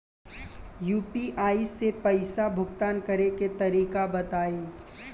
UPI से पईसा भुगतान करे के तरीका बताई?